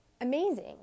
amazing